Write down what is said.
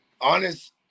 Honest